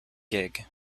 gig